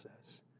says